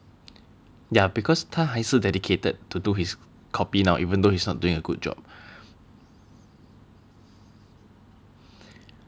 ya because 他还是 dedicated to do his copy now even though he's not doing a good job